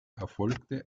erfolgte